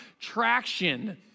traction